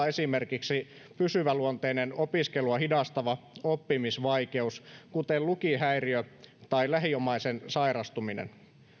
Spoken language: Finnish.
esimerkiksi pysyväluonteinen opiskelua hidastava oppimisvaikeus kuten lukihäiriö tai lähiomaisen sairastuminen